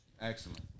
Excellent